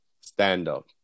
stand-up